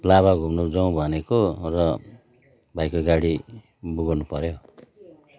लाभा घुम्नु जाउँ भनेको र भाइको गाडी बुक गर्नुपऱ्यो